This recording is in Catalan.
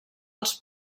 els